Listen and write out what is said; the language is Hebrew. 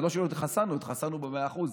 זה לא שלא התחסנו, התחסנו במאה אחוז,